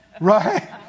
Right